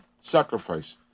sacrifice